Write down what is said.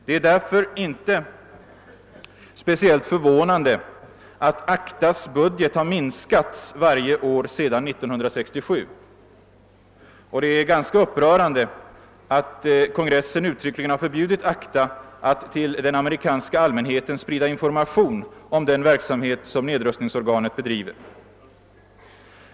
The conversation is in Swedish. Det är därför inte speciellt förvånande att ACDA:s budget har minskats varje år sedan 1967. Och det är ganska upprörande att kongressen uttryckligen har förbjudit ACDA att till den amerikanska allmänheten sprida information om den verksamhet som <nedrustningsorganet bedriver.